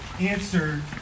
answer